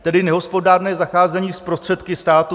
Tedy nehospodárné zacházení s prostředky státu?